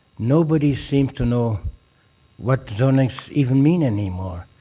nobody seems to know what zonings even mean anymore.